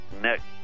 next